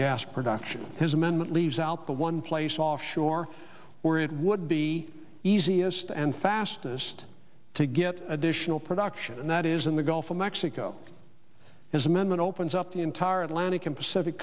gas production his amendment leaves out the one place offshore where it would be easiest and fastest to get additional production and that is in the gulf of mexico his amendment opens up the entire atlantic and pacific